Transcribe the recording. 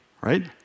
right